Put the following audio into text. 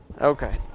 Okay